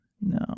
No